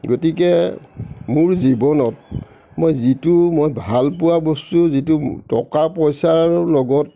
গতিকে মোৰ জীৱনত মই যিটো মই ভালপোৱা বস্তু যিটো টকা পইচাৰ লগত